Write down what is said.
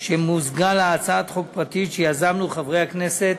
שמוזגה עם הצעת חוק פרטית שיזמנו חבר הכנסת